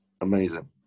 Amazing